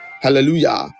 Hallelujah